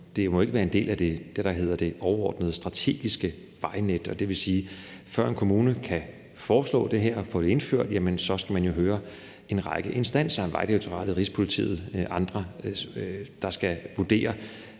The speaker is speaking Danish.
det må ikke være en del af det, der hedder det overordnede strategiske vejnet. Det vil sige, at før en kommune kan foreslå det her og få det indført, skal man jo høre en række instanser, Vejdirektoratet, Rigspolitiet og andre, der skal vurdere